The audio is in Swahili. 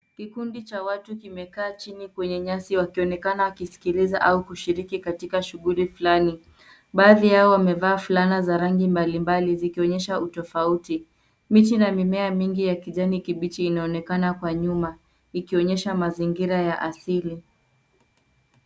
Kikundi cha watu kimekaa chini kwenye nyasi wakionekana wakisikiliza au kushiriki katika shughuli fulani. Baadhi yao wamevaa fulana za rangi mbalimbali zikionyesha utafauti. Miti na mimea mingi ya kijani kibichi inaonekana kwa nyuma ikionyesha mazingira ya asili.